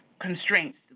constraints